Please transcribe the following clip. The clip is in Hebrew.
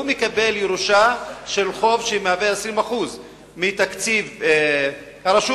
והוא מקבל ירושה של חוב שמהווה 20% מתקציב הרשות,